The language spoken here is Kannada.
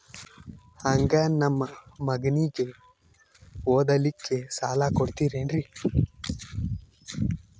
ಹಂಗ ನಮ್ಮ ಮಗನಿಗೆ ಓದಲಿಕ್ಕೆ ಸಾಲ ಕೊಡ್ತಿರೇನ್ರಿ?